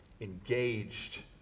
Engaged